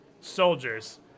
soldiers